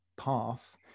path